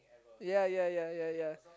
ya ya ya ya ya